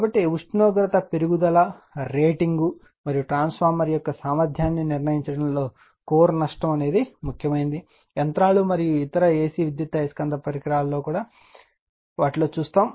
కాబట్టి ఉష్ణోగ్రత పెరుగుదల రేటింగ్ మరియు ట్రాన్స్ఫార్మర్ యొక్క సామర్థ్యాన్ని నిర్ణయించడంలో కోర్ నష్టం ముఖ్యమైనది యంత్రాలు మరియు ఇతర ఎసి విద్యుదయస్కాంత పరికరాలలో పనిచేసే వాటి లో చూస్తాం